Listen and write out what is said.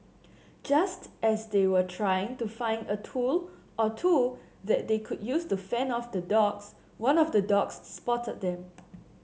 just as they were trying to find a tool or two that they could use to fend off the dogs one of the dogs spotted them